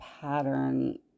pattern